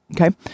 Okay